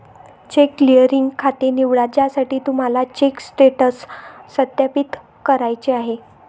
check clearing खाते निवडा ज्यासाठी तुम्हाला चेक स्टेटस सत्यापित करायचे आहे